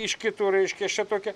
iš kitur reiškias čia tokia